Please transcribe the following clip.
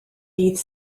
dydd